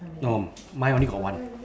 no mine only got one